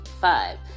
Five